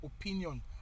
opinion